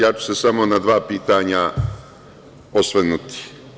Ja ću se samo na dva pitanja osvrnuti.